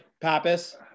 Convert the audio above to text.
Pappas